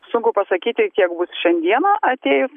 sunku pasakyti kiek bus šiandieną atėjus